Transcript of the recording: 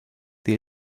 tie